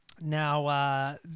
Now